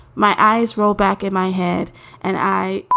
my eyes roll back in my head and i